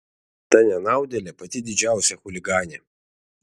ta nenaudėlė pati didžiausia chuliganė